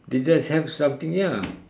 they just have something ya